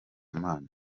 mana